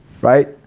right